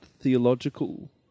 theological